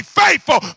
faithful